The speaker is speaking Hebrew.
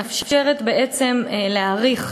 מאפשרת בעצם להאריך